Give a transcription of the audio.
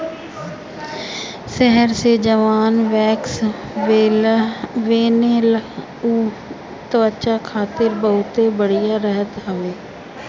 शहद से जवन वैक्स बनेला उ त्वचा खातिर बहुते बढ़िया रहत हवे